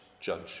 judge